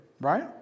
right